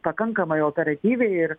pakankamai operatyviai ir